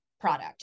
product